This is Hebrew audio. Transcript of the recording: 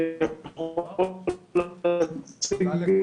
אני רוצה להצטרף